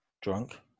Drunk